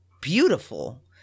beautiful